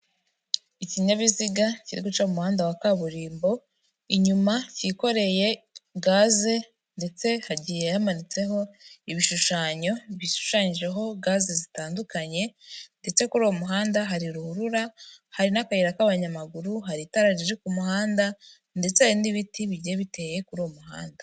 Ikinyabiziga kiri guca mu muhanda wa kaburimbo, inyuma cyikoreye gaze ndetse hagiye hamanitseho ibishushanyo bishushanyijeho gaze zitandukanye ndetse kuri uwo muhanda hari ruhurura, hari n'akayira k'abanyamaguru, hari itara riri ku muhanda ndetse hari n'ibiti bigiye biteye kuri uwo muhanda.